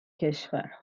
کشور